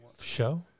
show